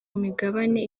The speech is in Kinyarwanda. migabane